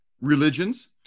religions